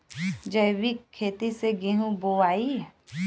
जैविक खेती से गेहूँ बोवाई